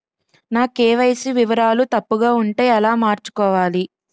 నా కే.వై.సీ వివరాలు తప్పుగా ఉంటే ఎలా మార్చుకోవాలి?